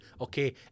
okay